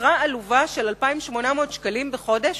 משרה עלובה של 2,800 שקלים בחודש,